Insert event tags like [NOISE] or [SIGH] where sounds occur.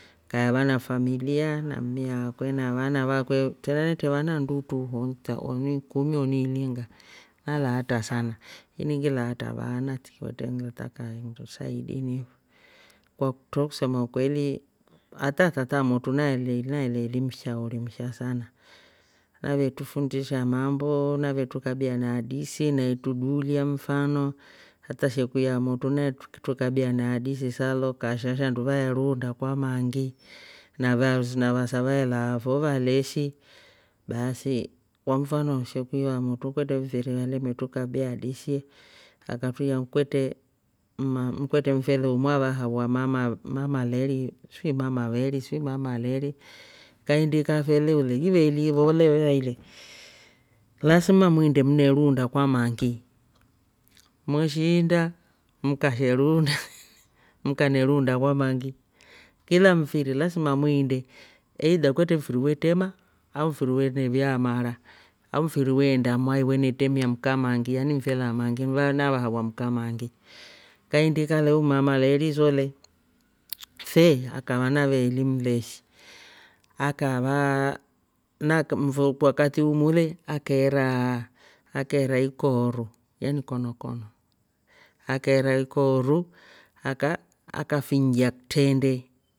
Kaeva na familia na mmi akwe na vana vakwe, trena netre vana ndutru oh ni ikumi oni ilinga nalaatra sana. iningile atra vaana tiki kwetre ngile taka nndo saidi ni ho. kwakutro kusema ukweli hata tataa amotru naeli- naeleli mshauri msha sana navetrufundisha mamboo, navetrukabia na hadisi na itrudulia mfano hata shekuyo amotru na natrukabia na hadisi sa lo kasha shandu vaeruunda kwa mangi na vasa vaelaafo valeshi baasi kwamfano shekuyo amotru kwetre mfiri alemetrukabie hadisi [HESITATION] akatruiya kwetre mma- mfele umu avaahawa ma- ma- mama leri sijui mama veri- sijui mama leri. kaindika fe leule iveeli ivoleo haile lasma muinde mneruunda kwa mangi, mweshiinda mkasheruunda [LAUGHS] mkaneruunda kwa mangi kila mfiri lasima mwiinde eidha kwetre mfiri we trema au mfiri wene vyaa mara. au mfiri weenda mwai wene tremia mkamangi yan mfele a mangi navaawa mkamangi. kaindika leu mama leri so le fe akava naveeli mleshi akavaa- na mfo wakati umule akeeraaa, akeraa ikooru (yani konokono) akeera ikooru aka- aka finjia kitrende